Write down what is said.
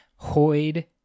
Hoid